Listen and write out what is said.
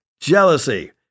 jealousy